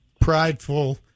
prideful